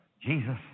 Jesus